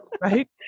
Right